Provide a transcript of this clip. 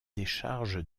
décharges